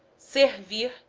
see convir,